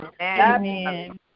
Amen